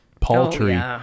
paltry